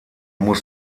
muß